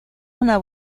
una